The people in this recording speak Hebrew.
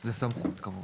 זה סמכות, כמובן.